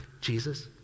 Jesus